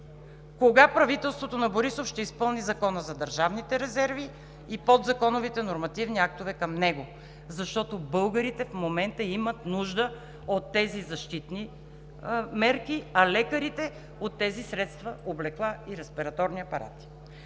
Кога правителството на Борисов ще изпълни Закона за държавния резерв и подзаконовите нормативни актове към него? Защото българите в момента имат нужда от тези защитни мерки, а лекарите – от тези средства, облекла и респираторни апарати.